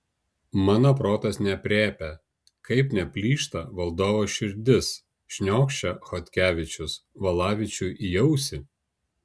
mano protas neaprėpia kaip neplyšta valdovo širdis šniokščia chodkevičius valavičiui į ausį